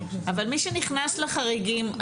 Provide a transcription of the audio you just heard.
אבל מי שנכנס לחריגים,